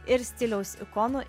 ir stiliaus ikonų